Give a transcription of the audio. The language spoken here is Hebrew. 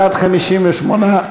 בעד, 58,